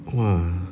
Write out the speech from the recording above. !wah!